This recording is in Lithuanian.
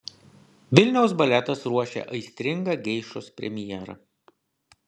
vilniaus baletas ruošia aistringą geišos premjerą